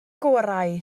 gorau